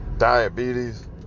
diabetes